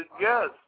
yes